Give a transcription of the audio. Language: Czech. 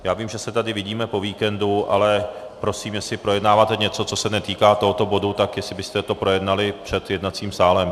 Já vím, že se tady vidíme po víkendu, ale prosím, jestli projednáváte něco, co se netýká tohoto bodu, tak jestli byste to projednali před jednacím sálem.